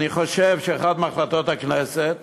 אני חושב שאחת מהחלטות הכנסת